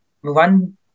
one